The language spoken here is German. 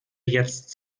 jetzt